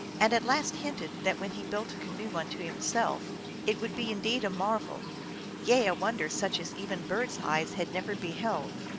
and at last hinted that when he built a canoe unto himself it would be indeed a marvel yea, a wonder such as even birds eyes had never beheld,